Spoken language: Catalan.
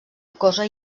cosa